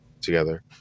together